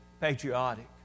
patriotic